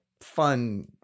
fun